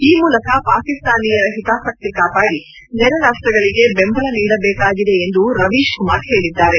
ಈ ಮೂಲಕ ಪಾಕಿಸ್ತಾನೀಯರ ಹಿತಾಸಕ್ತಿ ಕಾಪಾಡಿ ನೆರೆ ರಾಷ್ಲಗಳಿಗೆ ಬೆಂಬಲ ನೀಡಬೇಕಾಗಿದೆ ಎಂದು ರವೀಶ್ ಕುಮಾರ್ ಹೇಳಿದ್ದಾರೆ